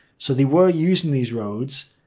so they were using these roads.